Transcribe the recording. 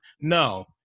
no